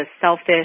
selfish